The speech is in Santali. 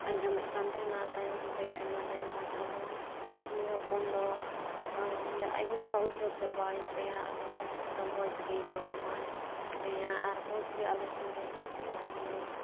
ᱵᱟᱭ ᱡᱚᱢᱮᱜ ᱠᱟᱱ ᱛᱟᱦᱮᱱᱟ ᱛᱟᱭᱚᱢ ᱛᱮ ᱟᱭᱢᱟ ᱫᱤᱱ ᱵᱟᱫ ᱟᱫᱚ ᱩᱱᱤ ᱦᱚᱯᱚᱱ ᱫᱚ ᱵᱚᱞᱮ ᱟᱡ ᱜᱚᱜᱚᱣᱟᱜ ᱩᱭᱦᱟᱹᱨ ᱪᱟᱵᱟᱭᱮᱱ ᱛᱟᱭᱟ ᱟᱫᱚ ᱛᱟᱭᱚᱢ ᱛᱮᱫᱚ ᱢᱚᱡᱽ ᱜᱮ ᱡᱚᱢᱟᱭ ᱧᱩᱭᱟᱭ ᱟᱨ ᱢᱚᱡᱽ ᱜᱮ ᱟᱞᱮ ᱥᱚᱸᱜᱮᱭ ᱜᱟᱛᱮᱜᱼᱟ ᱵᱚᱞᱮ